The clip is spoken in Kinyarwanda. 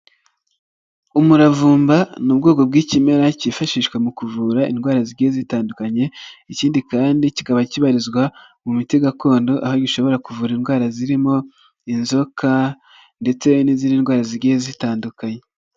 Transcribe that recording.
Umuravumba ni ubwoko bw'ikimera cyifashishwa mu kuvura indwara zigiye zitandukanye ikindi kandi kikaba kibarizwa mu miti gakondo aho gishobora kuvura indwara zirimo inzoka ndetse n'izindi ndwara zigiye zitandukanye.